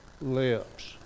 lips